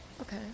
Okay